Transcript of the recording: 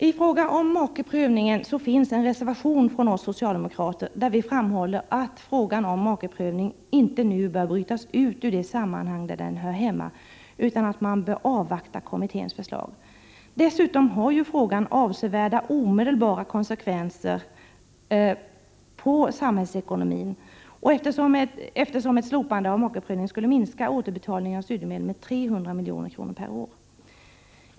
I frågan om makeprövning finns en reservation från oss socialdemokrater, där vi framhåller att frågan om makeprövning inte nu bör brytas ut ur det sammanhang där den hör hemma utan att man bör avvakta studiekommitténs förslag. Dessutom har frågan avsevärda omedelbara konsekvenser på samhällsekonomin. Ett slopande av makeprövningen skulle minska återbetalningen av studiemedel med 300 milj.kr. per år.